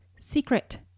secret